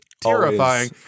terrifying